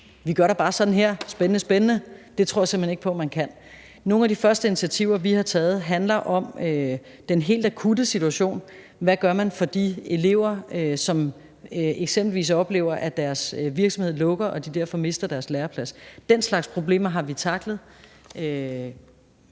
da bare gør sådan her – spændende, spændende – tror jeg simpelt hen ikke på man kan. Nogle af de første initiativer, vi har taget, handler om den helt akutte situation. Hvad gør man for de elever, som eksempelvis oplever, at deres virksomhed lukker, og at de derfor mister deres læreplads? Den slags problemer har vi tacklet